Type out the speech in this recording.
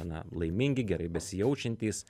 na laimingi gerai besijaučiantys